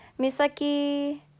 Misaki